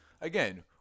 again